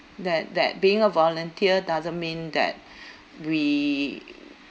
that that being a volunteer doesn't mean that we